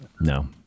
No